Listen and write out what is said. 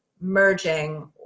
merging